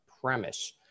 premise